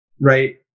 right